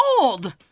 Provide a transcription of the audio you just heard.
old